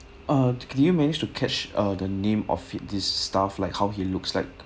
ah can you manage to catch uh the name of it this staff like how he looks like